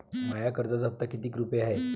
माया कर्जाचा हप्ता कितीक रुपये हाय?